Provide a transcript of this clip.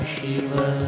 Shiva